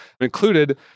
included